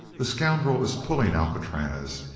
the scoundrel is pulling alcatraz!